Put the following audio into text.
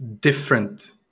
different